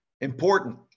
Important